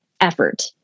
effort